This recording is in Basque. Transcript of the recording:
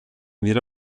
dira